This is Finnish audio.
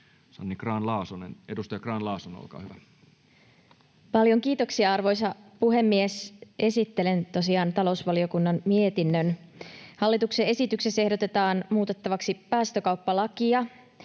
päästökauppalain muuttamisesta Time: 19:05 Content: Paljon kiitoksia, arvoisa puhemies! Esittelen tosiaan talousvaliokunnan mietinnön. Hallituksen esityksessä ehdotetaan muutettavaksi päästökauppalakia,